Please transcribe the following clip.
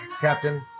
Captain